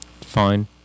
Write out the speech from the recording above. Fine